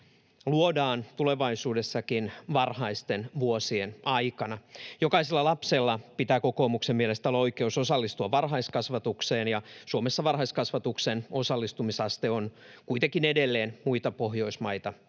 luodaan tulevaisuudessakin varhaisten vuosien aikana. Jokaisella lapsella pitää kokoomuksen mielestä olla oikeus osallistua varhaiskasvatukseen. Suomessa varhaiskasvatuksen osallistumisaste on kuitenkin edelleen muita Pohjoismaita